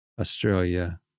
Australia